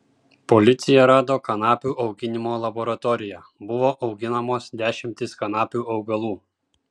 policija rado kanapių auginimo laboratoriją buvo auginamos dešimtys kanapių augalų